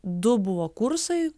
du buvo kursai